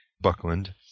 Buckland